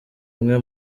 umwe